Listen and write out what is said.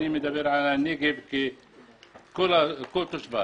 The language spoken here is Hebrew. אני מדבר על הנגב על כל תושביו,